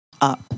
up